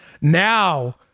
Now